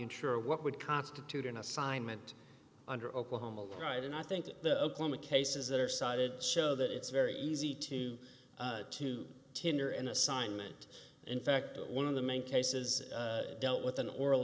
insurer what would constitute an assignment under oklahoma right and i think that the oklahoma cases that are cited show that it's very easy to to tender an assignment in fact one of the main cases dealt with an oral